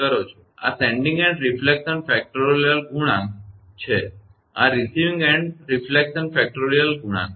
આ sending end reflection factorial ગુણાંક છે અને આ રિસીવીંગ એન્ડ રિફલેકશન ફેક્ટોરલ ગુણાંક છે